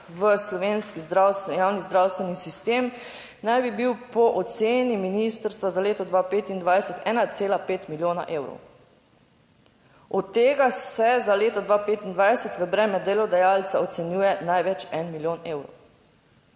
v slovenski javni zdravstveni sistem naj bi bil po oceni ministrstva za leto 2025 - 1,5 milijona evrov, od tega se za leto 2025 v breme delodajalca. Ocenjuje največ en milijon evrov,